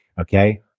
Okay